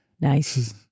Nice